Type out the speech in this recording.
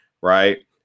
right